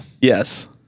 Yes